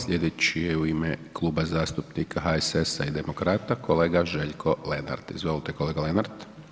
Slijedeći je u ime Kluba zastupnika HSS-a i demokrata kolega Željko Lenart, izvolite kolega Lenart.